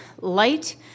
light